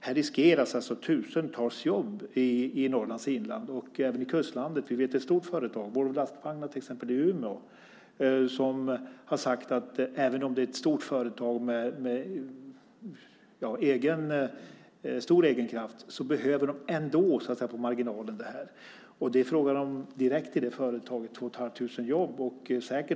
Här riskeras alltså tusentals jobb i Norrlands inland och även i kustlandet. Jag vet ett stort företag, Volvo Lastvagnar i Umeå, som har sagt att även om det är ett stort företag med stor egen kraft, så att säga, så behöver man ändå det här på marginalen. Det är direkt i det företaget fråga om två och ett halvt tusen jobb.